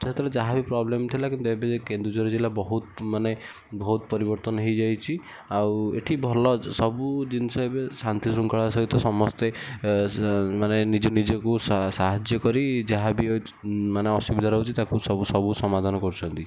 ସେତେବେବେଳେ ଯାହାବି ପ୍ରୋବ୍ଲେମ୍ ଥିଲା କିନ୍ତୁ ଏବେ କେନ୍ଦୁଝର ଜିଲ୍ଲା ବହୁତ ମାନେ ବହୁତ ପରିବର୍ତ୍ତନ ହେଇଯାଇଛି ଆଉ ଏଠି ଭଲ ସବୁ ଜିନଷ ଏବେ ଶାନ୍ତି ଶୃଙ୍ଖଳା ସହିତ ସମସ୍ତେ ମାନେ ନିଜେ ନିଜକୁ ସାହାଯ୍ୟ କରି ଯାହାବି ମାନେ ଅସୁବିଧା ରହୁଛି ତାକୁ ସବୁ ସବୁ ସମାଧାନ କରୁଛନ୍ତି